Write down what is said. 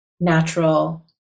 natural